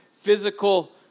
physical